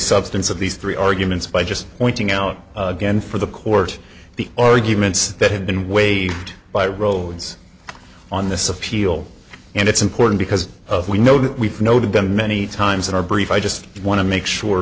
substance of these three arguments by just pointing out again for the court the arguments that have been waived by rhodes on this appeal and it's important because of we know that we've noted them many times in our brief i just want to make sure